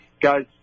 guys